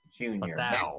Junior